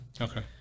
Okay